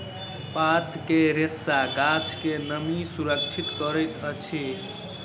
पात के रेशा गाछ के नमी सुरक्षित करैत अछि